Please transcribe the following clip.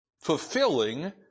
Fulfilling